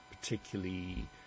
particularly